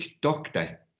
doctor